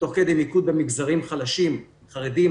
תוך כדי מיקוד במגזרים חלשים חרדים,